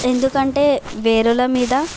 ఎందుకంటే వేరే వాళ్ళ మీద